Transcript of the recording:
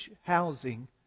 housing